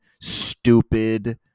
stupid